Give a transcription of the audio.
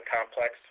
Complex